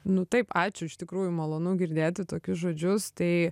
nu taip ačiū iš tikrųjų malonu girdėti tokius žodžius tai